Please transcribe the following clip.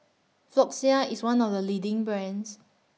Floxia IS one of The leading brands